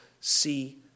see